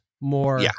more